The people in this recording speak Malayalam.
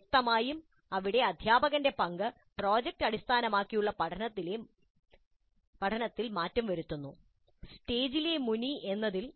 വ്യക്തമായും ഇവിടെ അധ്യാപകന്റെ പങ്ക് പ്രോജക്റ്റ് അടിസ്ഥാനമാക്കിയുള്ള പഠനത്തിൽ മാറ്റം വരുത്തുന്നു സ്റ്റേജിലെ മുനി എന്നതിൽ